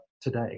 today